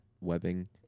webbing